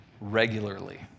regularly